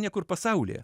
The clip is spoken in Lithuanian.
niekur pasaulyje